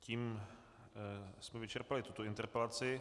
Tím jsme vyčerpali tuto interpelaci.